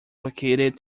located